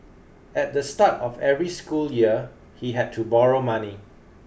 at the start of every school year he had to borrow money